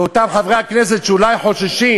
ואותם חברי כנסת שאולי חוששים,